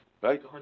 Right